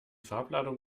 farbladung